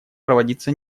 проводиться